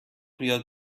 بیاد